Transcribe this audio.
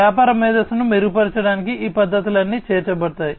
వ్యాపార మేధస్సును మెరుగుపరచడానికి ఈ పద్ధతులన్నీ చేర్చబడతాయి